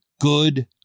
good